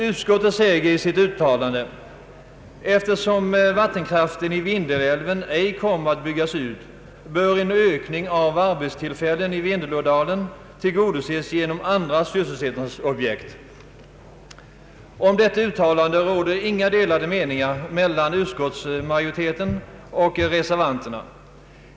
Utskottet säger i sitt utlåtande: älven ej kommer att byggas ut bör en ökning av arbetstillfällen i Vindelådalen tillgodoses genom andra sysselsättningsobjekt.” Om detta uttalande råder inga delade meningar mellan utskottsmajoriteten och reservanterna.